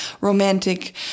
romantic